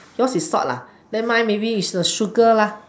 yours is salt ah then mine maybe is the sugar lah